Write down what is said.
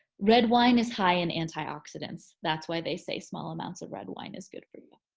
red wine is high in antioxidants. that's why they say small amounts of red wine is good for you.